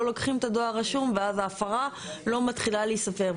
לוקחים את הדואר רשום ואז ההפרה לא מתחילה להיספר.